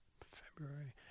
February